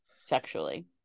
sexually